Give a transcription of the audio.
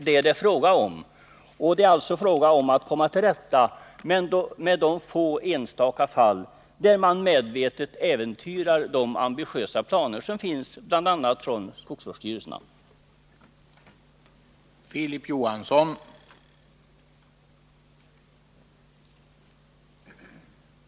Det är alltså fråga om att komma till rätta med de enstaka fall där man medvetet äventyrar de ambitiösa planer som bl.a. skogsvårdsstyrelserna har.